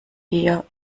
eher